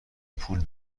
پول